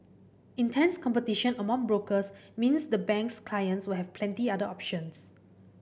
intense competition among brokers means the bank's clients will have plenty other options